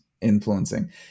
influencing